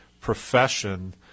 profession